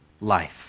life